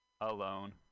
alone